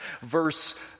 Verse